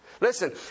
Listen